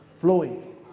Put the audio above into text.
flowing